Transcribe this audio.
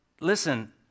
listen